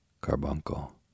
carbuncle